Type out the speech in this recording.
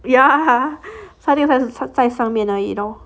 ya sorry 还是 such 在上面那一种